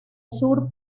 sur